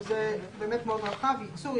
שזה באמת מאוד רחב: ייצוא,